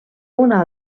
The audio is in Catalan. una